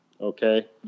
okay